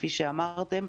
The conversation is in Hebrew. כפי שאמרתם.